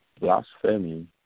blasphemy